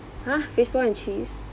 !huh! fishball and cheese